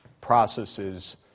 processes